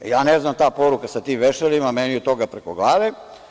Ja ne znam ta poruka sa tim vešalima, meni je toga preko glave.